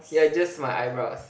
ya just my eyebrows